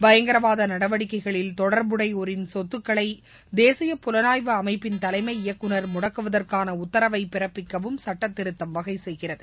பயங்கரவாத நடவடிக்கைகளில் தொடர்புடையோாரின் சொத்துக்களை தேசிய புலனாய்வு அமைப்பின் தலைமை இயக்குநர் முடக்குவதற்கான உத்தரவை பிறப்பிக்கவும் சட்டத்திருத்தம் வகை செய்கிறது